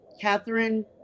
Catherine